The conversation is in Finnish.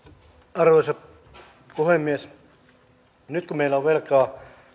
arvoisa puhemies nyt kun meillä on velkaa